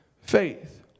faith